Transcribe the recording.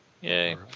Yay